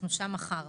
אנחנו שם מחר.